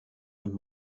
nimmt